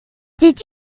did